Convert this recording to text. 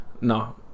no